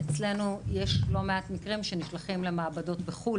אצלנו יש לא מעט מקרים שנשלחים למעבדות לחו"ל